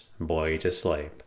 boytosleep